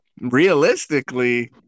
realistically